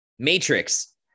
Matrix